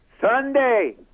Sunday